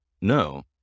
No